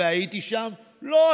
והייתי שם: לא,